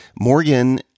Morgan